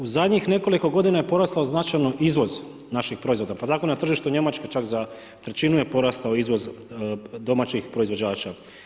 U zadnjih nekoliko godina je porastao značajno izvoz naših proizvoda, pa tako na tržištu Njemačke čak za trećinu je porastao izvoz domaćih proizvođača.